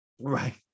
Right